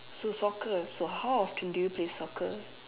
so soccer so how often do you play soccer